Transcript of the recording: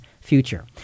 future